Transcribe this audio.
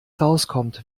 rauskommt